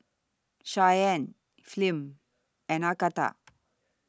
Shyann Flem and Agatha